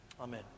Amen